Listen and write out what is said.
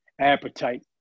appetite